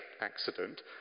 accident